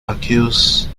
accused